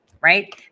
right